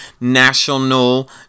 national